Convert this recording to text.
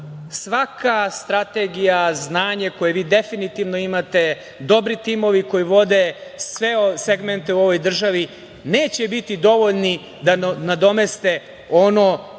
svaka strategija, znanje koje vi definitivno imate, dobri timovi koji vode sve segmente u ovoj državi neće biti dovoljni da nadomeste ono